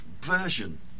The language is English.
version